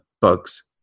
bugs